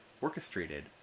orchestrated